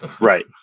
Right